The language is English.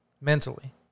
Mentally